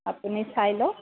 আপুনি চাই লওক